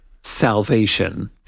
salvation